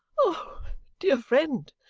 o dear friend,